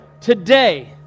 today